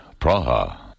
Praha